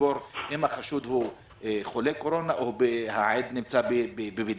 לחקור אם החשוד חולה קורונה או העד נמצא בבידוד.